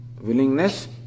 Willingness